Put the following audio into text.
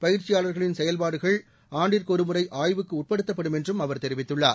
பயிற்சியாளர்களின் செயல்பாடுகள் ஆண்டுக்கொருமுறை ஆய்வுக்கு உட்படுத்தப்படும் என்றும் அவர் தெரிவித்துள்ளார்